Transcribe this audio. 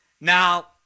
Now